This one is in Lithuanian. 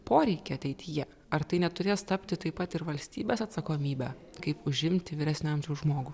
poreikį ateityje ar tai neturės tapti taip pat ir valstybės atsakomybe kaip užimti vyresnio amžiaus žmogų